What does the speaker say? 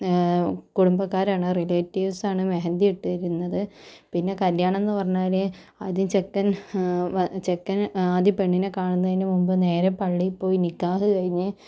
കുടുംബക്കാരാണ് relatives ആണ് മെഹന്ദി ഇട്ട് തരുന്നത് പിന്നെ കല്യാണം എന്ന് പറഞ്ഞാൽ ആദ്യം ചെക്കൻ ചെക്കൻ ആദ്യം പെണ്ണിനെ കാണുന്നതിന് മുമ്പ് നേരെ പള്ളിയിൽ പോയി നിക്കാഹ് കഴിഞ്ഞ്